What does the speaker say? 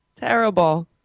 Terrible